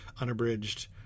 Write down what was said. unabridged